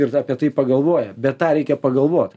ir apie tai pagalvoja bet tą reikia pagalvot